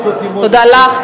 תודה לך.